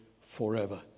forever